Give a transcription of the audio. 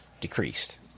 decreased